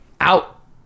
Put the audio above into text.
out